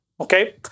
okay